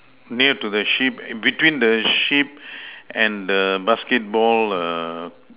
near to the sheep between the sheep and the basketball err